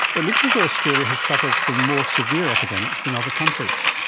it looks as though australia has suffered from more severe epidemics than other countries.